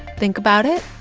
think about it,